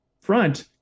front